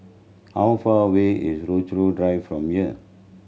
how far away is Rochalie Drive from here